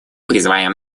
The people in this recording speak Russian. призываем